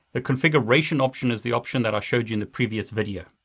the configuration option is the option that i showed you in the previous video,